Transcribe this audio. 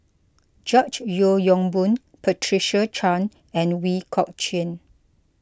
George Yeo Yong Boon Patricia Chan and Ooi Kok Chuen